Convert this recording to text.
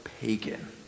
pagan